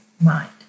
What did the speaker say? mind